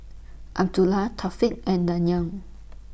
Abdullah Thaqif and Dayang